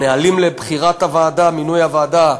הנהלים לבחירת הוועדה, מינוי הוועדה,